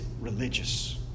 religious